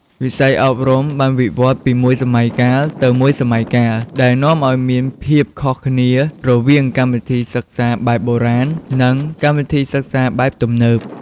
វិស័យអប់រំបានវិវឌ្ឍន៍ពីមួយសម័យកាលទៅមួយសម័យកាល ដែលនាំឱ្យមានភាពខុសគ្នារវាងកម្មវិធីសិក្សាបែបបុរាណ និងកម្មវិធីសិក្សាបែបទំនើប។